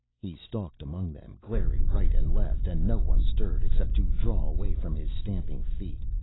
he stalked among them, glaring right and left, and no one stirred except to draw away from his stamping feet.